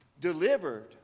delivered